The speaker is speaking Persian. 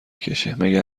کشهمگه